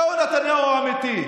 זהו נתניהו האמיתי,